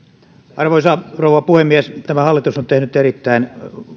arvoisa rouva puhemies tämä hallitus on tehnyt erittäin